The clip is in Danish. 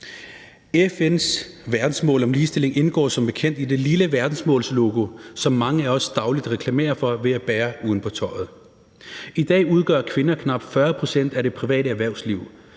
FN's verdensmål om ligestilling indgår som bekendt i det lille verdensmålslogo, som mange af os dagligt reklamerer for ved at bære det uden på tøjet. I dag udgør kvinder knap 40 pct. i det private erhvervsliv,